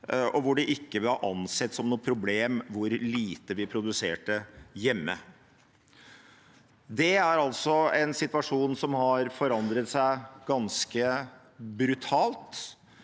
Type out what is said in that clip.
og hvor det ikke var ansett som noe problem hvor lite vi produserte hjemme. Det er en situasjon som altså har forandret seg ganske brutalt,